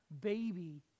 baby